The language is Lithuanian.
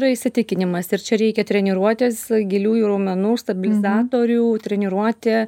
yra įsitikinimas ir čia reikia treniruotės giliųjų raumenų stabilizatorių treniruotė